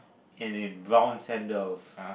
and in brown sandals